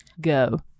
Go